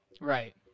Right